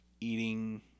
eating